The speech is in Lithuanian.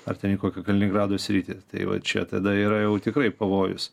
ar kokią kaliningrado sritį tai va čia tada yra jau tikrai pavojus